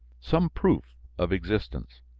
some proof of existence.